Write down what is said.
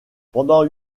pendant